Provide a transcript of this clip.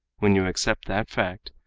when you accept that fact,